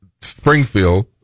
Springfield